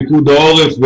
פיקוד העורף,